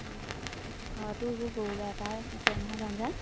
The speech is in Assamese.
অঁ তাকে ঘৰতো গৰু গাইৰ পৰা আছে নহয় জঞ্জাল